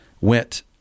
went